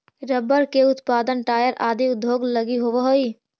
rubber के उत्पादन tyre आदि उद्योग लगी होवऽ हइ